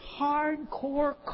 hardcore